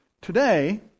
Today